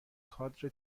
کادر